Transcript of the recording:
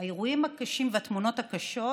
האירועים הקשים והתמונות הקשות